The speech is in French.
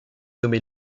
nommé